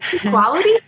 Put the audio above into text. quality